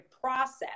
process